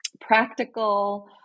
practical